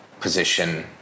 position